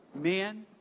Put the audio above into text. Men